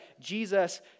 Jesus